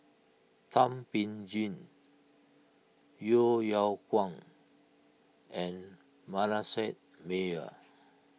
Thum Ping Tjin Yeo Yeow Kwang and Manasseh Meyer